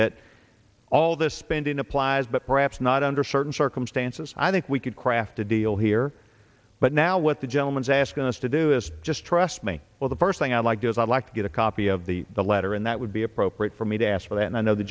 that all this spending applies but perhaps not under certain circumstances i think we could craft a deal here but now what the gentleman's asking us to do is just trust me well the first thing i'd like is i'd like to get a copy of the the letter and that would be appropriate for me to ask for and i know the